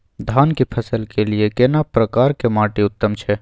धान की फसल के लिये केना प्रकार के माटी उत्तम छै?